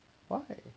why